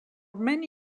many